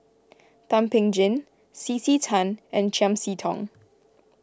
Thum Ping Tjin C C Tan and Chiam See Tong